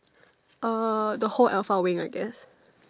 uh the whole alpha wing I guess